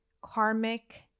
karmic